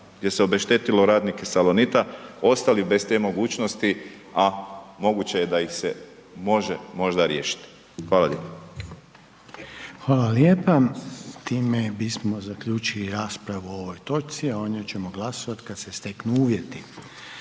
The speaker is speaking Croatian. gdje se obeštetilo radnike Salonita ostali bez te mogućnosti, a moguće je da ih može možda riješiti. Hvala lijepo. **Reiner, Željko (HDZ)** Hvala lijepa. Time bismo zaključili raspravu o ovoj točci, a o njoj ćemo glasovati kad se steknu uvjeti.